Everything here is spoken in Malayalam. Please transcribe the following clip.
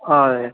ആ അതെ